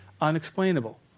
Unexplainable